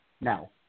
now